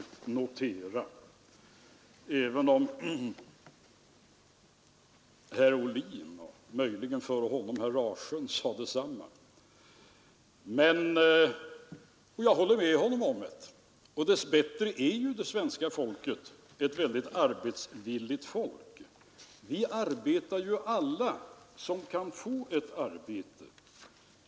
Slutligen tog herr Fälldin upp frågan om ersättningen till jordbruket och försökte i det sammanhanget sätta en massa fjädrar i sin egen hatt. Jag vill inte hålla med honom på den punkten.